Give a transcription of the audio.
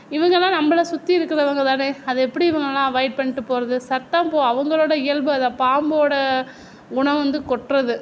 இவங்களாம் நம்மள சுற்றி இருக்கிறவுங்க தானே அது எப்படி இவங்கள அவாய்ட் பண்ணிவிட்டு போவது சரிதான் போ அவங்களோட இயல்பு அது பாம்போட குணம் வந்து கொட்டுறது